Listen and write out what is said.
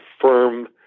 firm